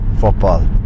football